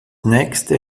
nächste